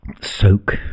soak